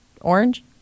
orange